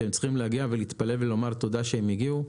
שהם צריכים להגיע ולהתפלל ולומר תודה שהם הגיעו.